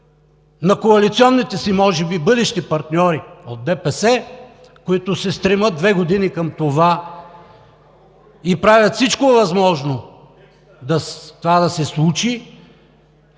на бъдещите си коалиционни партньори от ДПС, които се стремят две години към това и правят всичко възможно то да се случи,